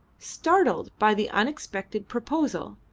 startled by the unexpected proposal,